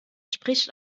spricht